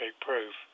proof